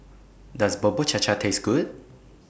Does Bubur Cha Cha Taste Good